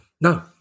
No